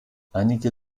einige